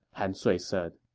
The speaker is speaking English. han sui said